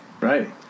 Right